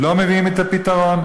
לא מביא את הפתרון,